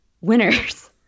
winners